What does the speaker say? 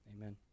Amen